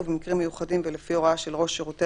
ובמקרים מיוחדים ולפי הוראה של ראש שירותי